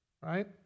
right